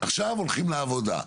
עכשיו הולכים לעבודה,